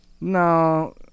No